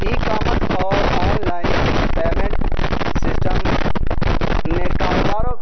ای commerce اور online payment system نے کاروباروں